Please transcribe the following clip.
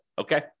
Okay